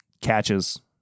catches